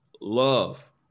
love